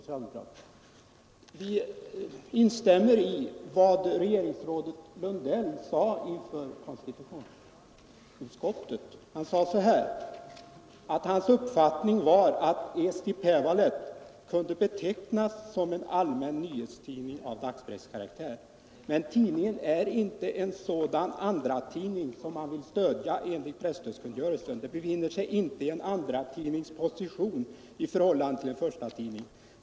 Vi instämmer i vad regeringsrådet Lundell sade inför konstitutionsutskottet, nämligen att hans uppfattning var att Eesti Päevaleht kunde betecknas som en allmän nyhetstidning av dagspresskaraktär, men tidningen är inte en sådan andratidning som man vill stödja enligt presstödskungörelsen. Den befinner sig inte i en andratidnings position i förhållande till en förstatidning.